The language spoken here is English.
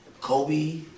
Kobe